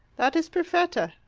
that is perfetta,